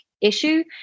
issue